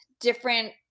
different